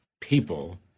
people